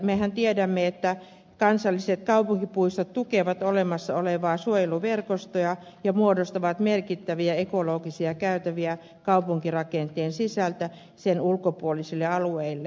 mehän tiedämme että kansalliset kaupunkipuistot tukevat olemassa olevaa suojeluverkostoa ja muodostavat merkittäviä ekologisia käytäviä kaupunkirakenteen sisältä sen ulkopuolisille alueille